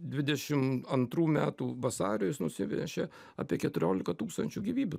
dvidešim antrų metų vasario jis nusivnešė apie keturiolika tūkstančių gyvybių